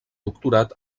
doctorat